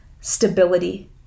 stability